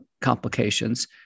complications